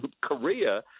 Korea